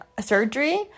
surgery